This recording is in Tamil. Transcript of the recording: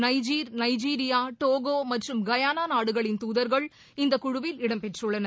நைஜிர் நைஜீரியா டோகோமற்றும் கயானாநாடுகளின் துதர்கள் இந்தகுழுவில் இடம்பெற்றுள்ளனர்